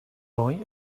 boy